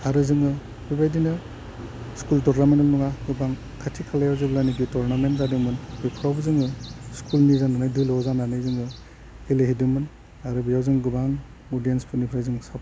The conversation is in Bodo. आरो जोङो बेबायदिनो स्कुल टरनामेन्टल' नङा गोबां खाथि खालायाव जेब्लानाखि' टुरनामेन्ट जादोंमोन बेफ्रावबो जोङो स्कुलनि जानानै दोलोआव जानानै जोङो गेलेहैदोंमोन आरो बेयाव जों गोबां अडिएनसफोरनिफ्राइ जों सापर्ट